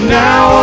now